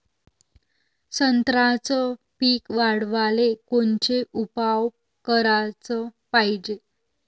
संत्र्याचं पीक वाढवाले कोनचे उपाव कराच पायजे?